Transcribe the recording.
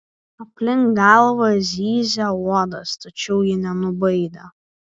aplink galvą zyzė uodas tačiau ji nenubaidė